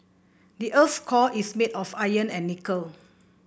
the earth's core is made of iron and nickel